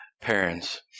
parents